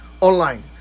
online